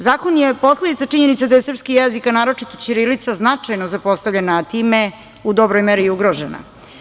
Zakon je posledica činjenice da je srpski jezik, a naročito ćirilica značajno zapostavljen, a time u dobroj meri i ugrožena.